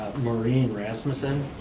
maureen rasmussen.